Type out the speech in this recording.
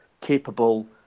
capable